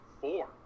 four